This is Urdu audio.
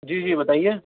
جی جی بتائیے